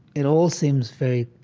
it all seems very,